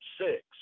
six